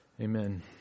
Amen